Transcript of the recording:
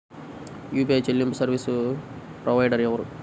UPI చెల్లింపు service provider ఎవరు?